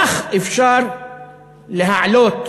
כך אפשר להעלות